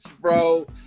bro